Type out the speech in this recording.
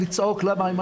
אני